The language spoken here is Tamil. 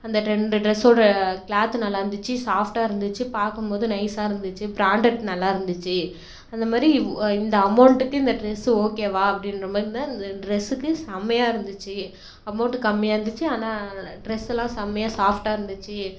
அந்த ரெண்டு டிரெஸ்ஸோட கிளாத்தும் நல்லாயிருந்துச்சி சாஃப்ட்டாக இருந்துச்சு பார்க்கும்போது நைசாக இருந்துச்சு பிராண்டட் நல்லாயிருந்துச்சி அந்த மாதிரி இவ் இந்த அமௌண்ட்டுக்கு இந்த டிரெஸ்ஸு ஓகேவா அப்படின்ற மாரிருந்தா இந்த டிரெஸ்ஸுக்கு செம்மையாக இருந்துச்சு அமௌண்ட்டு கம்மியாக இருந்துச்சு ஆனால் அதில் டிரெஸ்ஸுயெலாம் செம்மையாக சாஃப்ட்டாக இருந்துச்சு